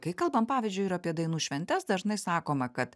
kai kalbam pavyzdžiui ir apie dainų šventes dažnai sakoma kad